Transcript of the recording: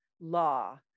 law